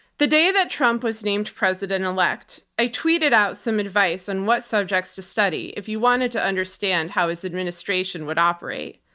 the day that trump was named president-elect, i tweeted out some advice on what subjects to study if you wanted to understand how his administration would operate.